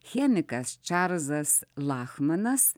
chemikas čarlzas lachmanas